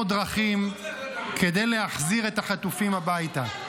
דרכים כדי להחזיר את החטופים הביתה.